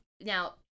now